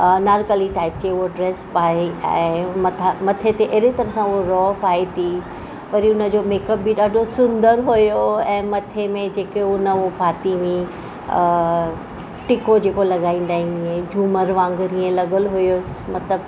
Anarkali type जी उहे dress पाए ऐं मथां मथे ते अहिड़े तरह सां उहो रओ पाए थी वरी उनजो मेकअप बि ॾाढो सुंदर हुयो ऐं मथे में जेके उन हो पाती हुईं टिको जेको लॻाईंदा आहियूं ईअं झूमर वांगुर हीअं लॻियलु हुयुसि मतिलबु